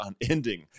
unending